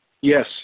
Yes